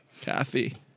Kathy